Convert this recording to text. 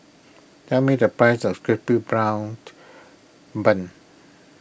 tell me the price of Crispy